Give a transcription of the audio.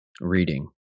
reading